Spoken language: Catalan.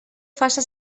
faça